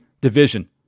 division